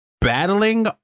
battling